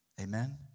Amen